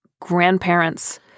grandparents